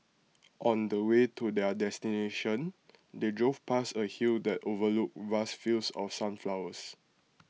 on the way to their destination they drove past A hill that overlooked vast fields of sunflowers